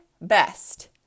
best